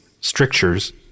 strictures